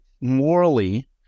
morally